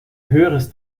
höheres